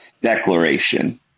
declaration